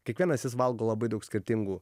kiekvienas jis valgo labai daug skirtingų